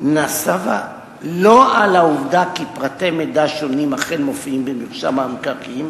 נסבה לא על העובדה שפרטי מידע שונים אכן מופיעים במרשם המקרקעין,